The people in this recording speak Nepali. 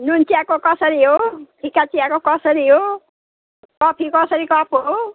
नुन चियाको कसरी हो फिका चियाको कसरी हो कफी कसरी कप हो